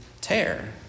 tear